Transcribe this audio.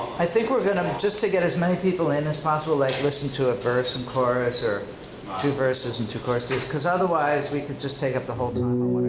i think we're gonna, just to get as many people in as possible, like listened to a verse and chorus or two verses and two choruses, cause otherwise we could just take up the whole time